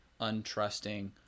untrusting